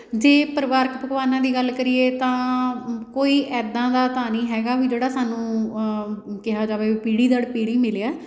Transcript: ਜੇ ਪਰਿਵਾਰਕ ਪਕਵਾਨਾਂ ਦੀ ਗੱਲ ਕਰੀਏ ਤਾਂ ਕੋਈ ਐਦਾਂ ਦਾ ਤਾਂ ਨਹੀਂ ਹੈਗਾ ਵੀ ਜਿਹੜਾ ਸਾਨੂੰ ਕਿਹਾ ਜਾਵੇ ਪੀੜੀ ਦਰ ਪੀੜੀ ਮਿਲਿਆ